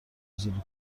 فضولی